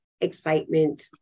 excitement